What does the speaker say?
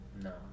No